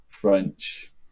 French